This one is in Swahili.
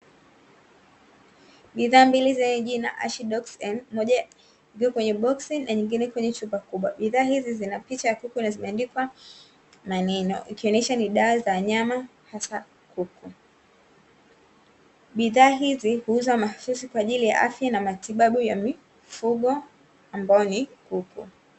Bidhaa mbili zenye jina Ashidox-n moja ikiwa kwenye boksi na nyingine kwenye chupa kubwa, bidhaa hizi zina picha ya kuku na zimeandikwa maneno ikionyesha ni dawa za wanyama hasa kuku, bidhaa hizi huuzwa mahususi kwa ajili ya afya na matibabu ya mifugo ambayo ni kuku.